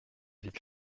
vite